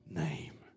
name